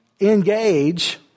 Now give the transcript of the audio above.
engage